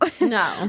No